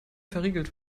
verriegelt